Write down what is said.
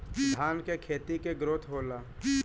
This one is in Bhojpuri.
धान का खेती के ग्रोथ होला?